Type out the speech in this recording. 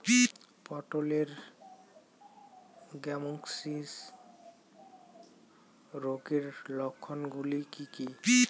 পটলের গ্যামোসিস রোগের লক্ষণগুলি কী কী?